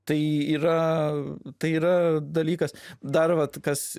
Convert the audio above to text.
tai yra tai yra dalykas dar vat kas